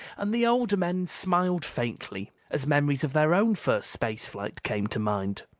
and the older men smiled faintly as memories of their own first space flight came to mind.